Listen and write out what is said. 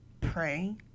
pray